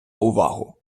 увагу